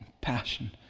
passion